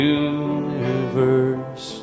universe